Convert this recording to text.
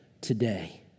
today